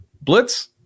Blitz